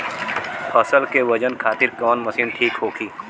फसल के वजन खातिर कवन मशीन ठीक होखि?